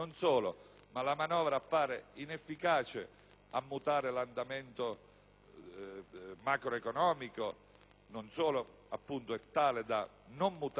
La manovra appare inefficace a mutare l'andamento macroeconomico perché non è tale da non mutare